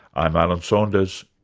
i'm alan saunders,